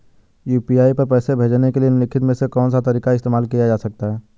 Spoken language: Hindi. यू.पी.आई पर पैसे भेजने के लिए निम्नलिखित में से कौन सा तरीका इस्तेमाल किया जा सकता है?